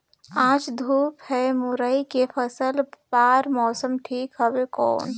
आज धूप हे मुरई के फसल बार मौसम ठीक हवय कौन?